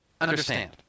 Understand